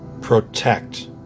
protect